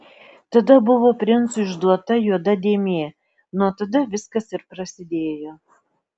tada buvo princui išduota juoda dėmė nuo tada viskas ir prasidėjo